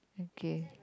okay